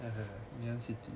I have a union city